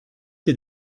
des